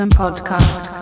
podcast